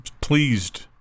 pleased –